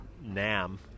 Nam